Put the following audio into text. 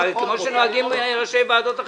כמו שנוהגים ראשי ועדות אחרים.